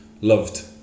loved